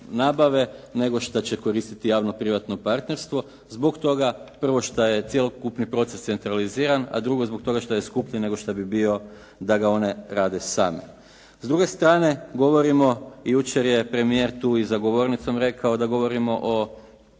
nego što će koristiti javno privatno partnerstvo, zbog toga prvo što je cjelokupni proces centraliziran, a drugo zbog toga što je skuplje nego što bi bio da ga one rade same. S druge strane govorimo, jučer je premijer tu i za govornicom rekao da govorimo o